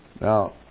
Now